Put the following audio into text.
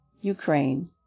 Ukraine